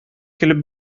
көлеп